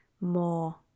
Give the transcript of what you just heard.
more